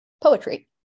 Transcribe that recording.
poetry